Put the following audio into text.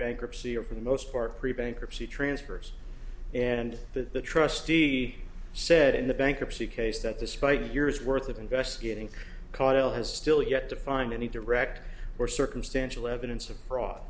bankruptcy or for the most part pre bankruptcy transfers and that the trustee said in the bankruptcy case that despite a year's worth of investigating cottle has still yet to find any direct or circumstantial evidence of fraud